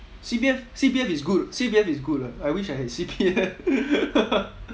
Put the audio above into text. C_P_F C_P_F is good C_P_F is good lah I wish I had C_P_F